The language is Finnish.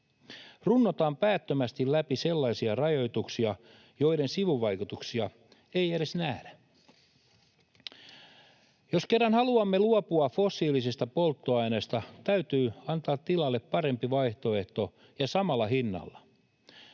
Runnotaan päättömästi läpi sellaisia rajoituksia, joiden sivuvaikutuksia ei edes nähdä. Jos kerran haluamme luopua fossiilisista polttoaineista, täytyy antaa tilalle parempi vaihtoehto ja samalla hinnalla.